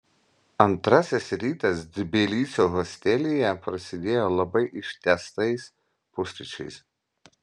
antrasis rytas tbilisio hostelyje prasidėjo labai ištęstais pusryčiais